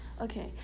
Okay